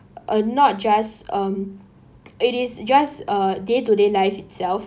uh not just um it is just uh day to day life itself